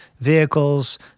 vehicles